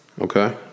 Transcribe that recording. okay